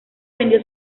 vendió